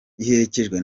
iherekejwe